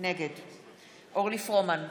נגד אורלי פרומן,